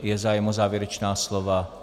Je zájem o závěrečná slova?